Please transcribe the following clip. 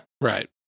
Right